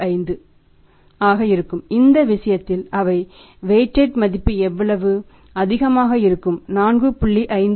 15 ஆக இருக்கும் இந்த விஷயத்தில் அவை வைடிட் மதிப்பு எவ்வளவு அதிகமாக இருக்கும் 4